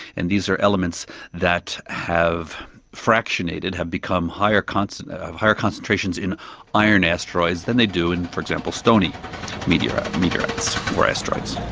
and these are elements that have fractionated, have higher concentrations higher concentrations in iron asteroids than they do in, for example, stony meteorites meteorites or asteroids.